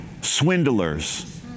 swindlers